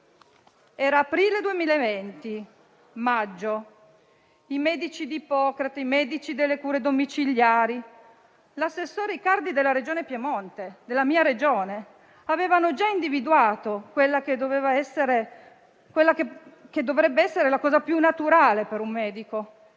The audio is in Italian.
Nel maggio 2020 i medici di Ippocrate, i medici delle cure domiciliari e l'assessore Icardi della mia Regione, il Piemonte, avevano già individuato quella che dovrebbe essere la cosa più naturale per un medico,